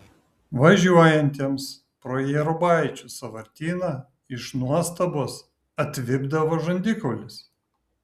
važiuojantiems pro jėrubaičių sąvartyną iš nuostabos atvipdavo žandikaulis